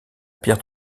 pierre